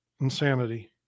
Insanity